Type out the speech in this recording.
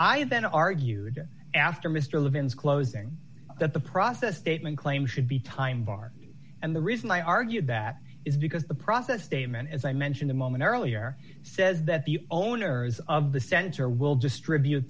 then argued after mr levin's closing that the process statement claim should be time bar and the reason i argued that is because the process statement as i mentioned a moment earlier says that the owners of the center will distribute